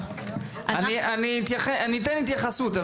אני אתן זמן להתייחסות,